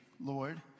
Lord